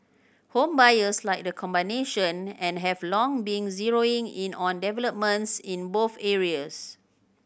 home buyers like the combination and have long been zeroing in on developments in both areas